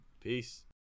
Peace